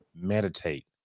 meditate